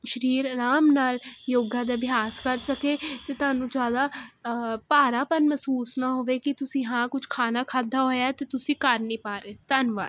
ਸ਼ਰੀਰ ਅਰਾਮ ਨਾਲ ਯੋਗਾ ਦਾ ਅਭਿਆਸ ਕਰ ਸਕੇ ਤੇ ਧਾਨੂੰ ਜਿਆਦਾ ਭਾਰਾਪਨ ਮਹਿਸੂਸ ਨਾ ਹੋਵੇ ਕੀ ਤੁਸੀਂ ਹਾਂ ਕੁਛ ਖਾਣਾ ਖਾਦਾ ਹੋਇਆ ਐ ਤੇ ਤੁਸੀਂ ਕਰ ਨੀ ਪਾ ਰਹੇ ਧੰਨਵਾਦ